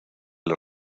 los